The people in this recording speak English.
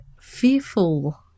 fearful